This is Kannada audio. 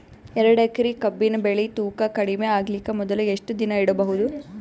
ಎರಡೇಕರಿ ಕಬ್ಬಿನ್ ಬೆಳಿ ತೂಕ ಕಡಿಮೆ ಆಗಲಿಕ ಮೊದಲು ಎಷ್ಟ ದಿನ ಇಡಬಹುದು?